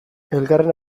elkarren